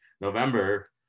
November